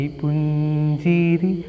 punjiri